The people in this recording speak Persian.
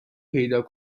پیدا